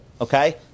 Okay